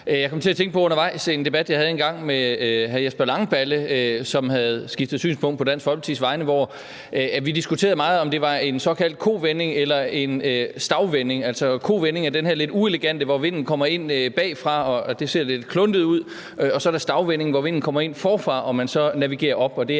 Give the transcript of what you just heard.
undervejs til at tænke på en debat, som jeg engang havde med hr. Jesper Langballe, som på Dansk Folkepartis vegne havde skiftet synspunkt. Vi diskuterede meget, om det var en såkaldt kovending eller en stagvending. En kovending er den her lidt uelegante, hvor vinden kommer ind bagfra og det ser lidt kluntet ud, mens vinden ved en stagvending kommer ind forfra, og hvor man så navigerer op